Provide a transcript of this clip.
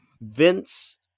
Vince